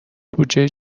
بودجهای